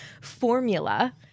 formula